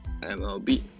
MLB